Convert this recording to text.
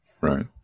right